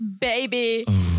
baby